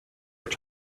were